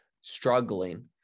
struggling